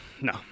no